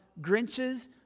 Grinches